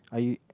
I u~